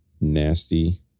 nasty